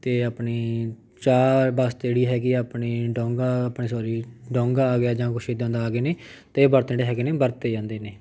ਅਤੇ ਆਪਣੀ ਚਾਹ ਵਾਸਤੇ ਜਿਹੜੀ ਹੈਗੀ ਆਪਣੀ ਡੋਂਗਾ ਆਪਣੇ ਸੋਰੀ ਡੋਂਗਾ ਆ ਗਿਆ ਜਾਂ ਕੁਛ ਇੱਦਾਂ ਦਾ ਆ ਗਏ ਨੇ ਅਤੇ ਇਹ ਬਰਤਨ ਜਿਹੜੇ ਹੈਗੇ ਨੇ ਵਰਤੇ ਜਾਂਦੇ ਨੇ